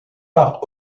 par